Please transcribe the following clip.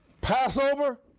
Passover